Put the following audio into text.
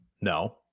no